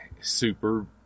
super